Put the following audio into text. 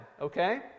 okay